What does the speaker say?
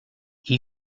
qui